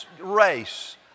race